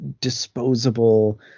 disposable